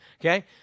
okay